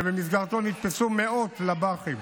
שבמסגרתו נתפסו מאות לב"חים